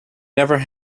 never